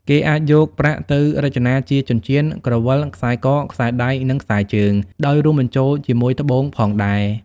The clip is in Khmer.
គេអាចយកប្រាក់ទៅរចនាជាចិញ្ចៀន ក្រវិល ខ្សែក ខ្សែដៃ និងខ្សែជើង ដោយរួមបញ្ចូលជាមួយត្បូងផងដែរ។